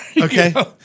okay